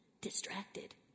distracted